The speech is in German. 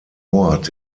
ort